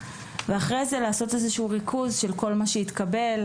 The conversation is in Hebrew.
ואחרי זה לעשות איזשהו ריכוז של כל מה שהתקבל,